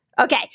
Okay